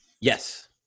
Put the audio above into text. yes